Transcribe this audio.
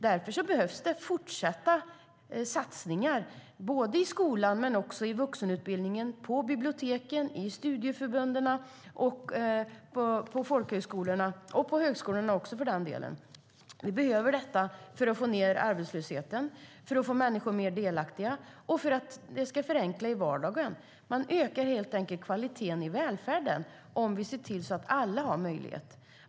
Därför behövs det fortsatta satsningar i skolan och i vuxenutbildningen, på biblioteken, i studieförbunden, på folkhögskolorna och på högskolorna. Vi behöver detta för att få ned arbetslösheten, för att få människor att bli mer delaktiga och för att vardagen ska förenklas. Vi ökar helt enkelt kvaliteten i välfärden om vi ser till att alla har denna möjlighet.